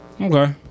okay